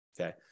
okay